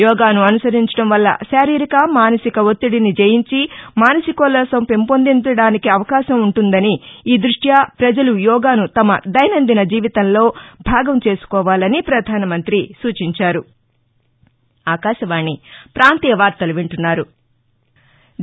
యోగాను అనుసరించడం వల్ల శారీరక మానసిక ఒత్తిదిని జయించి మానసికోల్లాసం పెంపొందడానికి అవకాశం ఉంటుందని ఈ దృష్ట్యా ప్రజలు యోగాను తమ దైనందిన జీవితంలో భాగం చేసుకోవాలని పధాన మంత్రి సూచించారు